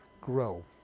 grow